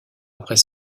après